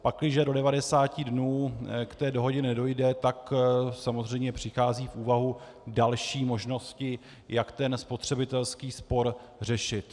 Pakliže do 90 dnů k dohodě nedojde, tak samozřejmě přicházejí v úvahu další možnosti, jak ten spotřebitelský spor řešit.